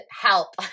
help